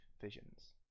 visions